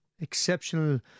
exceptional